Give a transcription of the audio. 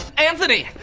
anthony!